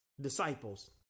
disciples